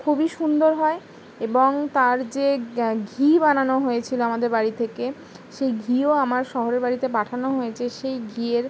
খুবই সুন্দর হয় এবং তার যে ঘি বানানো হয়েছিল আমাদের বাড়ি থেকে সেই ঘিও আমার শহরের বাড়িতে পাঠানো হয়েছে সেই ঘিয়ের